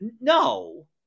No